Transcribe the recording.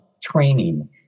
training